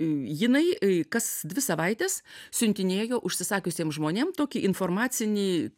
jinai kas dvi savaites siuntinėjo užsisakiusiem žmonėm tokį informacinį